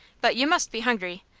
but you must be hungry.